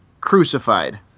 crucified